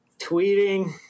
tweeting